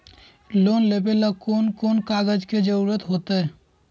Loan लेवेला कौन कौन कागज के जरूरत होतई?